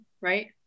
right